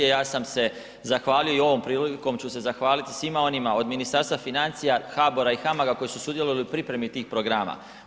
Ja sam se zahvalio i ovom prilikom ću se zahvaliti svima onima od Ministarstva financija, HBOR-a i HAMAG-a koji su sudjelovali u pripremi tih programa.